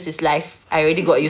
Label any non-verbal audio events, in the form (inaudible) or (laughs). (laughs)